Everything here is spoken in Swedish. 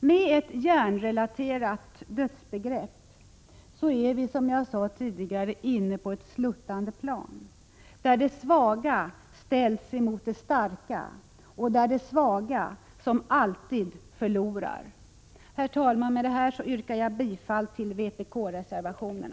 Med ett hjärnrelaterat dödsbegrepp är vi, som jag sade tidigare, inne på ett sluttande plan, där det svaga ställs mot det starka och där det svaga — som alltid — förlorar. Herr talman! Med detta yrkar jag bifall till vpk-reservationerna.